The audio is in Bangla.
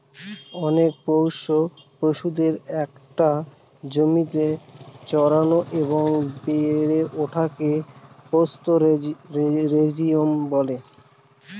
অনেক পোষ্য পশুদের একটা জমিতে চড়ানো এবং বেড়ে ওঠাকে পাস্তোরেলিজম বলে